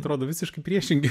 atrodo visiškai priešingi